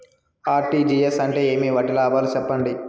RTGS అంటే ఏమి? వాటి లాభాలు సెప్పండి?